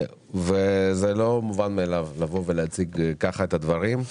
זה לא מובן מאליו לבוא ולהציג כך את הדברים.